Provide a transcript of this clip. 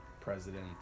president